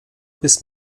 bis